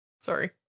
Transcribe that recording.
Sorry